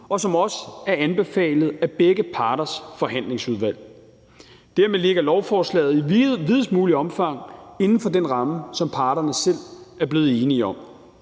og som også er anbefalet af begge parters forhandlingsudvalg. Kl. 16:58 Dermed ligger lovforslaget i videst muligt omfang inden for den ramme, som parterne selv er blevet enige om.